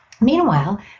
Meanwhile